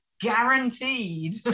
Guaranteed